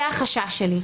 זה החשש שלי.